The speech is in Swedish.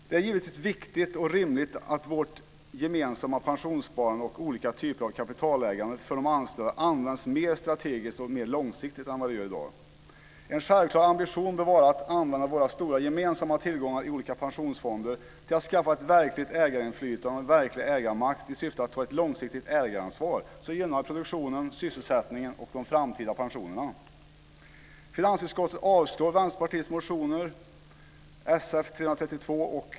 Det är givetvis viktigt och rimligt att vårt gemensamma pensionssparande och olika typer av kapitalägande för de anställda används mer strategiskt och mer långsiktigt än vad som sker i dag. En självklar ambition bör vara att använda våra stora gemensamma tillgångar i olika pensionsfonder till att skaffa ett verkligt ägarinflytande och en verklig ägarmakt i syfte att ta ett långsiktigt ägaransvar som gynnar produktionen, sysselsättningen och de framtida pensionerna.